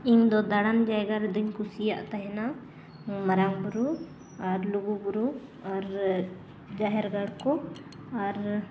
ᱤᱧ ᱫᱚ ᱫᱟᱬᱟᱱ ᱡᱟᱭᱜᱟ ᱨᱮᱫᱚᱧ ᱠᱩᱥᱤᱭᱟᱜ ᱛᱟᱦᱮᱱᱟ ᱢᱟᱨᱟᱝ ᱵᱩᱨᱩ ᱟᱨ ᱞᱩᱜᱩ ᱵᱩᱨᱩ ᱟᱨ ᱡᱟᱦᱮᱨ ᱜᱟᱲ ᱠᱚ ᱟᱨ